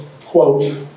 quote